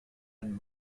and